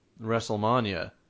WrestleMania